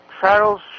Charles